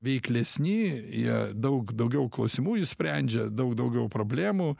veiklesni jie daug daugiau klausimų išsprendžia daug daugiau problemų